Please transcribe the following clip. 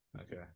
Okay